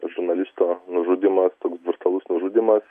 žurnalisto nužudymas toks brutalus nužudymas